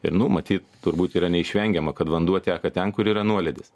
ir nu matyt turbūt yra neišvengiama kad vanduo teka ten kur yra nuolydis